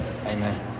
Amen